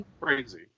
crazy